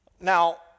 Now